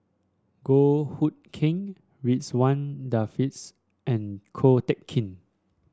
Goh Hood Keng Ridzwan Dzafir and Ko Teck Kin